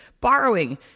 borrowing